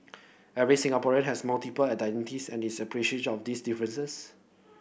every Singaporean has multiple identities and is appreciative of these differences